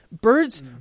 Birds